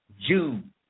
June